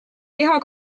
liha